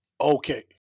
okay